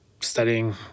studying